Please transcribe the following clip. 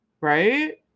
Right